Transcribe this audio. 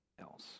else